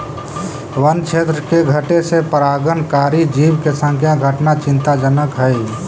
वन्य क्षेत्र के घटे से परागणकारी जीव के संख्या घटना चिंताजनक हइ